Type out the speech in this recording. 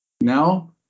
Now